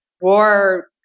war